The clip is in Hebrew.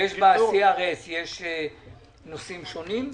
ב-CRS יש נושאים שונים?